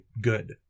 good